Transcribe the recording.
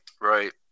right